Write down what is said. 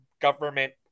government